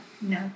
No